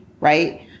Right